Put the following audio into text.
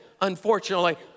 unfortunately